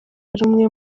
umwe